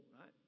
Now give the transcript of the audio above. right